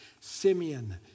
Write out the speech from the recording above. Simeon